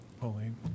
Pauline